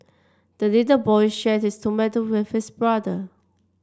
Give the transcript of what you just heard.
the little boy shared his tomato with his brother